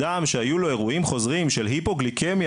לבן אדם שהיו אירועים חוזרים של היפוגליקמיה